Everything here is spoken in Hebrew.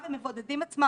שצריך שיהיה כלל,